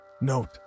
Note